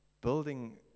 building